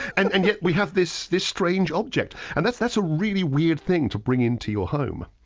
and and yet we have this this strange object, and that's that's a really weird thing to bring into your home.